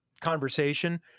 conversation